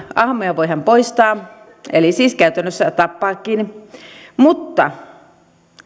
ahmoja voidaan poistaa eli siis käytännössä tappaakin mutta